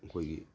ꯑꯩꯈꯣꯏꯒꯤ